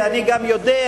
ואני גם יודע,